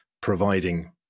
providing